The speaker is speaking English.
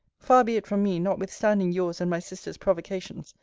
far be it from me, notwithstanding yours and my sister's provocations,